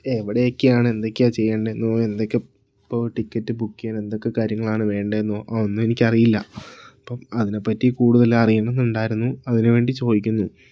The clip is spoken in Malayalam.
എവിടെയൊക്കെയാണ് എന്തൊക്കെയാ ചെയ്യേണ്ടത് എന്നോ എന്തൊക്കെ ഇപ്പോൾ ടിക്കറ്റ് ബുക്ക് ചെയ്യാൻ എന്തൊക്കെ കാര്യങ്ങളാണ് വേണ്ടത് എന്നോ ആ ഒന്നും എനിക്കറിയില്ല അപ്പം അതിനെപ്പറ്റി കൂടുതൽ അറിയണം എന്നുണ്ടായിരുന്നു അതിന് വേണ്ടി ചോദിക്കുന്നു